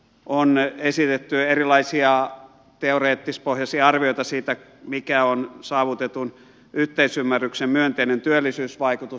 on esitetty erilaisia teoreettispohjaisia arvioita siitä mikä on saavutetun yhteisymmärryksen myönteinen työllisyysvaikutus